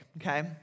okay